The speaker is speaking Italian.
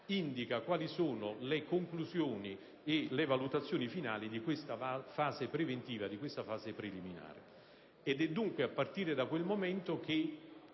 indica quali sono le conclusioni e le valutazioni finali di questa fase preventiva, preliminare. È dunque a partire da quel momento che